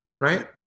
right